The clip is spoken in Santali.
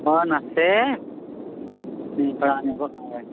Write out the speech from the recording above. ᱦᱳᱭ ᱱᱟᱥᱮ ᱫᱟᱢ ᱠᱚ ᱦᱮᱸ